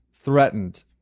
threatened